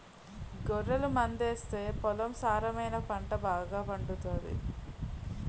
గొర్రెల మందాస్తే పొలం సారమై పంట బాగాపండుతాది